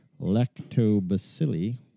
lactobacilli